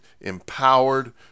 empowered